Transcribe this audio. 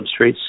substrates